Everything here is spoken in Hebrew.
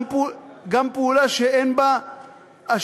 גם בפעולה שאין לה השלכה,